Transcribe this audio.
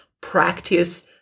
practice